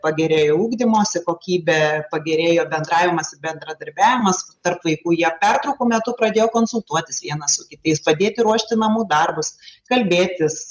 pagerėjo ugdymosi kokybė pagerėjo bendravimas bendradarbiavimas tarp vaikų jie pertraukų metu pradėjo konsultuotis vienas su kitais padėti ruošti namų darbus kalbėtis